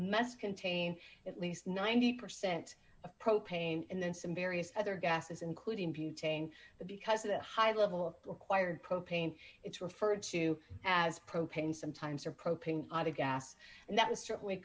mess contain at least ninety percent of propane and then some various other gases including butane but because of the high level required propane it's referred to as propane sometimes or propane gas and that is certainly